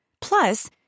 Plus